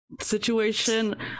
situation